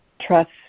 trust